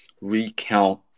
recount